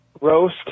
roast